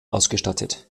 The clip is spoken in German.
ausgestattet